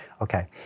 Okay